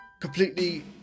Completely